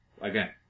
Again